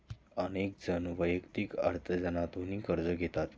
अनेक जण वैयक्तिक अर्थार्जनातूनही कर्ज घेतात